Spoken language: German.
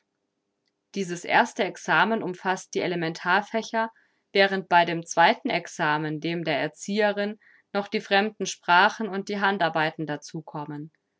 dieses erste examen umfaßt die elementarfächer während bei dem zweiten examen dem der erzieherin noch die fremden sprachen und die handarbeiten dazu kommen